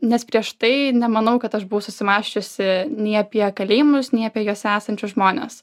nes prieš tai nemanau kad aš buvau susimąsčiusi nei apie kalėjimus nei apie juose esančius žmones